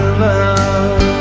love